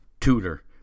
tutor